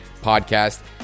podcast